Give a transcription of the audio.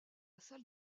salle